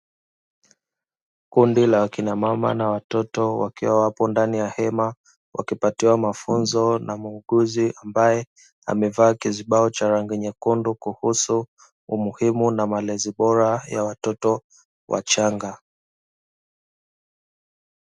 Kundi la akina mama na watoto wakiwa wapo ndani ya hema wakipatiwa mafunzo na muuguzi ambae amevaa kizibao cha rangi nyekundu kuhusu umuhimu na malezi bora ya watoto wachanga.